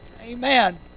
Amen